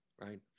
Right